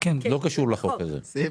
זה לא קשור לחוק הזה.